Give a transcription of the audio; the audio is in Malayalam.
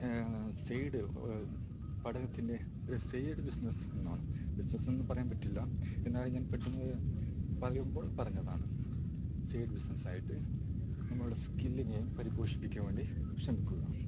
സൈഡ് പഠനത്തിൻ്റെ ഒരു സൈഡ് ബിസിനസ് എന്നാണ് ബിസിനസ്സെന്ന് പറയാൻ പറ്റില്ല എന്നാൽ ഞാൻ പെട്ടെന്ന് പറയുമ്പോൾ പറഞ്ഞതാണ് സൈഡ് ബിസിനസ്സായിട്ട് നമ്മുടെ സ്കില്ലിനെ പരിപോഷിപ്പിക്കാൻ വേണ്ടി ശ്രമിക്കുക